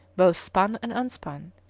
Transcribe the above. both spun and unspun,